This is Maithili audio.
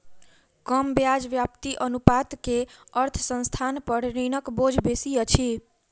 कम ब्याज व्याप्ति अनुपात के अर्थ संस्थान पर ऋणक बोझ बेसी अछि